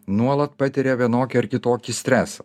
nuolat patiria vienokį ar kitokį stresą